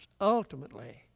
ultimately